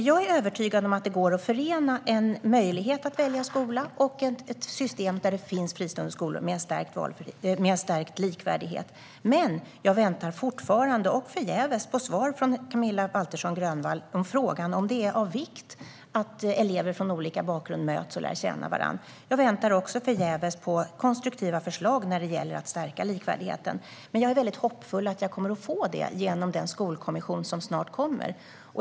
Jag är övertygad om att det går att förena en möjlighet att välja skola med ett system där det finns fristående skolor med en stärkt likvärdighet. Jag väntar fortfarande och förgäves på svar från Camilla Waltersson Grönvall på frågan om det är av vikt att elever från olika bakgrund möts och lär känna varandra. Jag väntar också förgäves på konstruktiva förslag när det gäller att stärka likvärdigheten. Men jag är hoppfull om att jag kommer att få det genom den skolkommission som snart kommer.